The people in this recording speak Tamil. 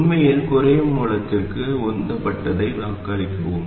உண்மையில் குறையும் மூலத்திற்கு உந்தப்பட்டதை வாக்களிக்கவும்